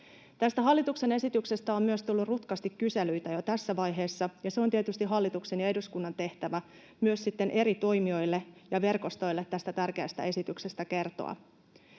hallituksen esityksestä on myös tullut rutkasti kyselyitä jo tässä vaiheessa, ja on tietysti hallituksen ja eduskunnan tehtävä myös sitten eri toimijoille ja verkostoille tästä tärkeästä esityksestä kertoa.